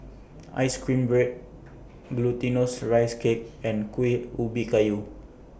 Ice Cream Bread Glutinous Rice Cake and Kuih Ubi Kayu